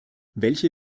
welche